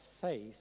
faith